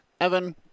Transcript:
Evan